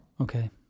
Okay